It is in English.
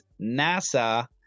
NASA